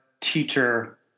teacher